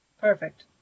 Perfect